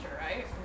right